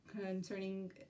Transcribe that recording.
concerning